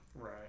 Right